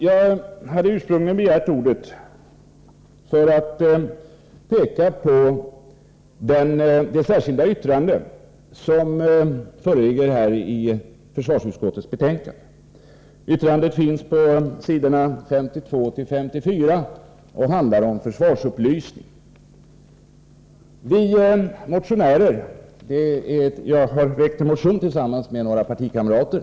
Jag hade ursprungligen begärt ordet för att kommentera det särskilda yttrande som jag har avgett till försvarsutskottets betänkande. Yttrandet finns på s. 52-54 och handlar om försvarsupplysning. Jag följer upp en motion som jag har väckt tillsammans med några partikamrater.